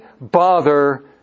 bother